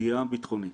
פגיעה ביטחונית.